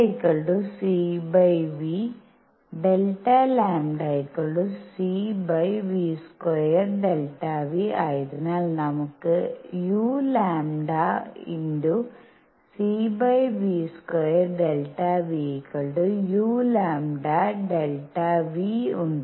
λcv Δ λcv² Δν ആയതിനാൽ നമുക്ക് uλcv²∆vuλΔν ഉണ്ട്